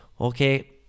Okay